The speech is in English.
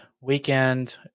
weekend